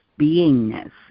beingness